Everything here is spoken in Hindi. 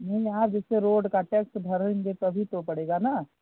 नहीं आप जैसे रोड का टैक्स भरेंगे तभी तो पड़ेगा ना